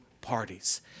parties